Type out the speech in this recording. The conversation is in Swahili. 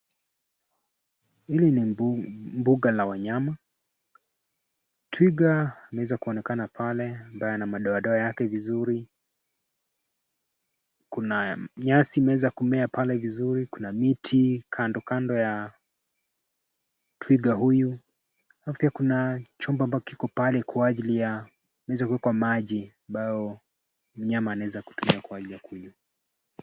Hili ni mbuga la wanyama. Twiga wanaeza kuonekana pale ambaye ana madoadoa yake vizuri. Kuna nyasi imeweza kumea pale vizuri, kuna miti kando kando ya twiga huyu. Alafu pia kuna chombo ambao kiko pale kwa ajili ya kueza kuekwa maji ambao mnyama anaweza kutumia kwa hali ya kunywa.